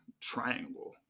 triangle